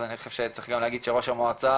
אז אני חושב שגם צריך להגיד שראש המועצה,